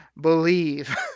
believe